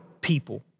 people